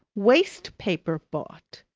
waste-paper bought.